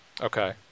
okay